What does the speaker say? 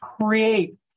create